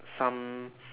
some